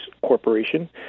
corporation